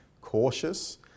cautious